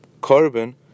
carbon